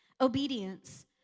obedience